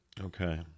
Okay